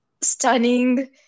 stunning